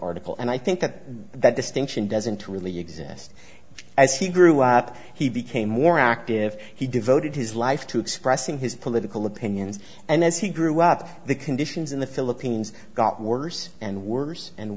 article and i think that that distinction doesn't really exist as he grew up he became more active he devoted his life to expressing his political opinions and as he grew up the conditions in the philippines got worse and worse and